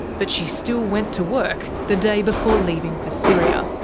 but she still went to work the day before leaving for syria.